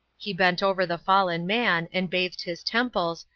he bent over the fallen man, and bathed his temples,